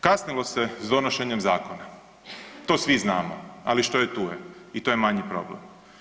Kasnilo se s donošenjem zakona, to svi znamo, ali što je tu je i to je manji problem.